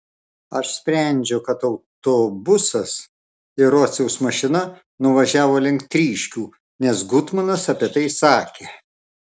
aš sprendžiu kad autobusas ir rociaus mašina nuvažiavo link tryškių nes gutmanas apie tai sakė